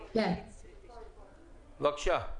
בבקשה,